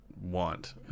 want